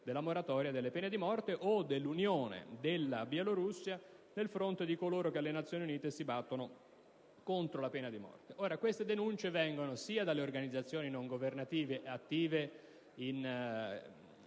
della moratoria della pena di morte o dell'unione della Bielorussia al fronte di coloro che alle Nazioni Unite si battono contro la pena di morte. Queste denunce provengono sia dalle organizzazioni non governative attive in